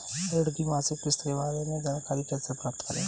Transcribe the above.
ऋण की मासिक किस्त के बारे में जानकारी कैसे प्राप्त करें?